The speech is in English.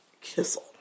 Kissel